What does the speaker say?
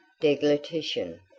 deglutition